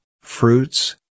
Fruits